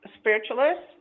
spiritualists